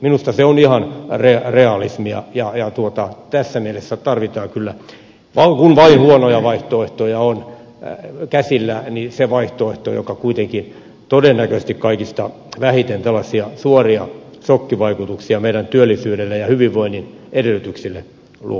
minusta se on ihan realismia ja tässä mielessä tarvitaan kyllä kun vain huonoja vaihtoehtoja on käsillä se vaihtoehto joka kuitenkin todennäköisesti kaikista vähiten tällaisia suoria sokkivaikutuksia meidän työllisyydelle ja hyvinvoinnin edellytyksille luo